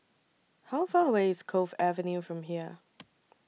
How Far away IS Cove Avenue from here